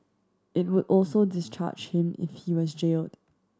it would also discharge him if he was jailed